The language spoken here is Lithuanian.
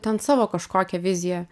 ten savo kažkokią viziją